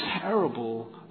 terrible